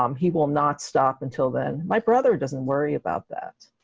um he will not stop until then. my brother doesn't worry about that,